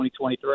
2023